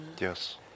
Yes